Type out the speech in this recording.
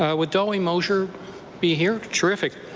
ah would dolly mosher be here? terrific.